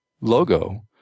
logo